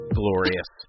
glorious